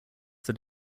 that